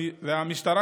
המשטרה,